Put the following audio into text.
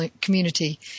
community